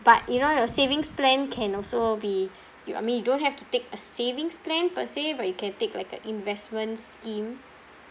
but you know your savings plan can also be your I mean don't have to take a savings plan per se but you can take like an investment scheme